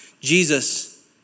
Jesus